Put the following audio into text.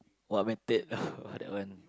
what method oh !wah! that one